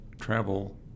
travel